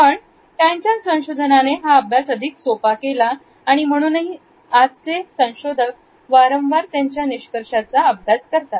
पण त्यांच्या संशोधनाने हा अभ्यास अधिक सोपा केला आणि म्हणूनही आजही संशोधक वारंवार त्यांच्या निष्कर्षांचा अभ्यास करतात